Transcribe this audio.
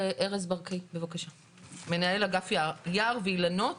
ד"ר ארז ברקאי, מנהל אגף יער ואילנות